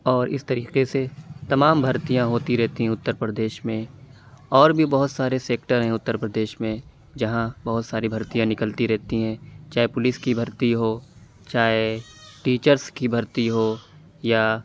اور اِس طریقے سے تمام بھرتیات ہوتی رہتی ہیں اُتر پردیش میں اور بھی بہت سارے سیکٹر ہیں اُتر پردیش میں جہاں بہت ساری بھرتیاں نکلتی رہتی ہیں چاہے پولیس کی بھرتی ہو چاہے ٹیچرس کی بھرتی ہو یا